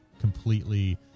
completely